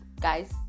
guys